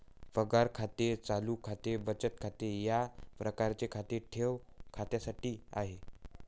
पगार खाते चालू खाते बचत खाते या प्रकारचे खाते ठेव खात्यासाठी आहे